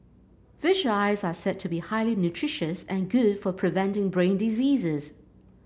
fish eyes are said to be highly nutritious and good for preventing brain diseases